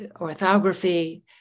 orthography